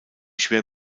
schwer